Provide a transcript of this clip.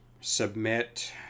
submit